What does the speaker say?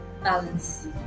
balance